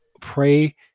pray